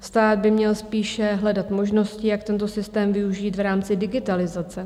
Stát by měl spíše hledat možnosti, jak tento systém využít v rámci digitalizace.